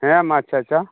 ᱦᱮᱸ ᱢᱟ ᱟᱪᱪᱷᱟ ᱟᱪᱪᱷᱟ